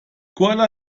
kuala